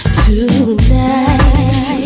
tonight